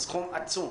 זה סכום עצום.